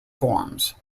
forms